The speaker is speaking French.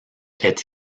est